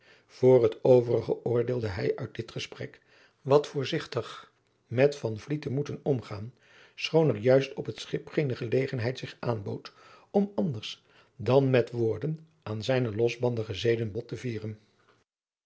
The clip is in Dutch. voor het overige oordeelde hij uit dit gesprek wat voorzigtig met van vliet te moeten omgaan schoon er juist op het schip geene gelegenheid zich aanbood om anders dan met woorden aan zijne losbandige zeden bot te vieren